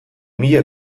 mila